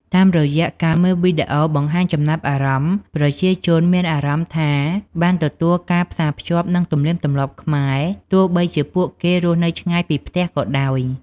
តាមរយៈការមើលវីដេអូបង្ហាញចំណាប់អារម្មណ៍ ប្រជាជនមានអារម្មណ៍ថាបានទទួលការផ្សាភ្ជាប់នឹងទំនៀមទម្លាប់ខ្មែរ ទោះបីជាពួកគេរស់នៅឆ្ងាយពីផ្ទះក៏ដោយ។